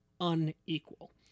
unequal